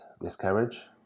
miscarriage